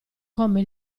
come